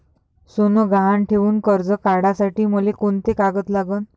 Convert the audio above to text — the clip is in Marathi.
सोनं गहान ठेऊन कर्ज काढासाठी मले कोंते कागद लागन?